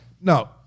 No